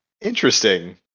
Interesting